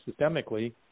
systemically